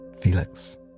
Felix